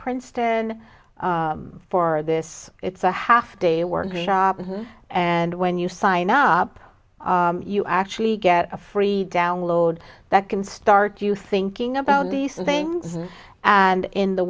princeton for this it's a half day workshop and when you sign up you actually get a free download that can start you thinking about these things and in the